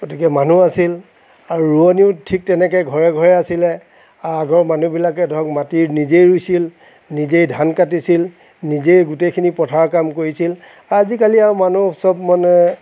গতিকে মানুহ আছিল আৰু ৰোৱনীও ঠিক তেনেকৈ ঘৰে ঘৰে আছিলে আৰু আগৰ মানুহবিলাকে ধৰক মাটি নিজেই ৰুইছিল নিজেই ধান কাটিছিল নিজেই গোটেইখিনি পথাৰৰ কাম কৰিছিল আৰু আজিকালি আৰু মানুহ চব মানে